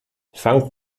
fangt